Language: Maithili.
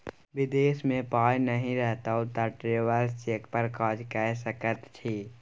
विदेश मे पाय नहि रहितौ तँ ट्रैवेलर्स चेक पर काज कए सकैत छी